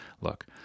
look